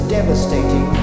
devastating